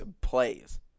plays